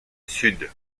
sud